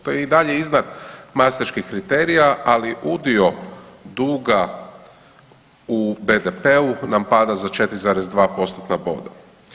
To je i dalje iznad mastriškim kriterija, ali udio duga u BDP-u nam pada za 4,2%-tna boda.